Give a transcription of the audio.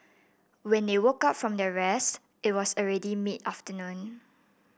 when they woke up from their rest it was already mid afternoon